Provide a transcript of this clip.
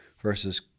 versus